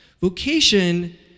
Vocation